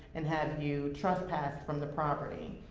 and have you trespassed from the property.